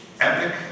epic